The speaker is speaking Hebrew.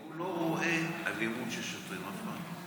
הוא לא רואה אלימות של שוטרים אף פעם.